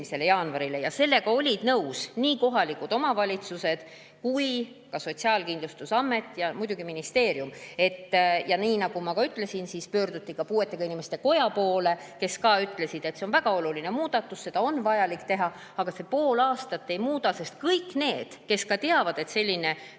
Sellega olid nõus nii kohalikud omavalitsused kui ka Sotsiaalkindlustusamet ja muidugi ministeerium. Nagu ma ütlesin, pöörduti ka puuetega inimeste koja poole, kust öeldi, et see on väga oluline muudatus, seda on vaja teha. Aga see pool aastat [midagi] ei muuda, sest kõik need, kes teavad, et selline ülesanne